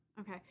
okay